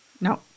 No